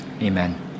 Amen